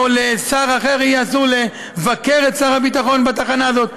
שלשר אחר יהיה אסור לבקר את שר הביטחון בתחנה הזאת.